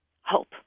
hope